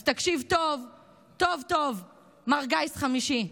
אז תקשיב טוב-טוב, מר גיס חמישי: